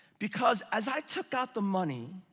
because as i took out the money,